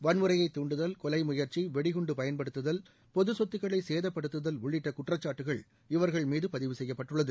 வன்முறையை தூண்டுதல் கொலை முயற்சி வெடிகுண்டு பயன்படுத்துதல் பொது சொத்துக்களை சேதப்படுத்துதல் உள்ளிட்ட குற்றச்சாட்டுகள் இவர்கள் மீது பதிவு செய்யப்பட்டுள்ளது